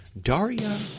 Daria